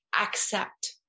accept